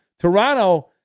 Toronto